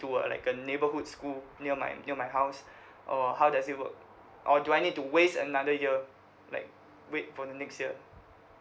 to a like a neighborhood school near my near my house or how does it work or do I need to waste another year like wait for the next year